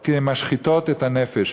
כי הן משחיתות את הנפש.